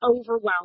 overwhelmed